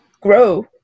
grow